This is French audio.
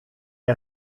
est